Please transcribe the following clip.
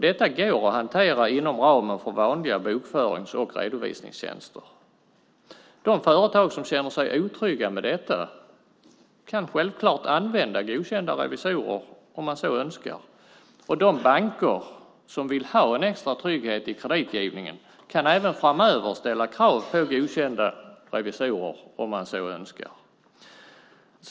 Detta går att hantera inom ramen för vanliga bokförings och redovisningstjänster. De företag som känner sig otrygga med detta kan självklart använda godkända revisorer om de så önskar. De banker som vill ha en extra trygghet i kreditgivningen kan även framöver ställa krav på godkända revisorer om man så önskar.